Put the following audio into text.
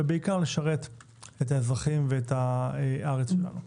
ובעיקר לשרת את האזרחים ואת הארץ שלנו.